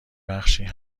بخشی